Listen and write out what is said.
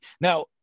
Now